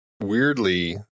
weirdly